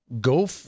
Go